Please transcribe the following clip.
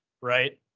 right